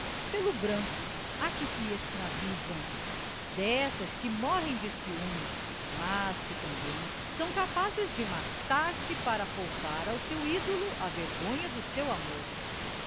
pelo branco a que se escravizam dessas que morrem de ciúmes mas que também são capazes de matar-se para poupar ao seu ídolo a vergonha do seu amor